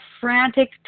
frantic